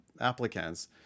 applicants